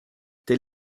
tel